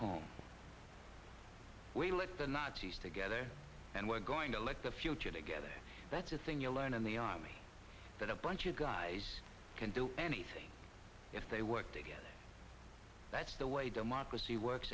home we let the nazis together and we're going to let the future together that's the thing you learn in the army that a bunch of guys can do anything if they work together that's the way democracy works